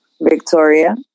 Victoria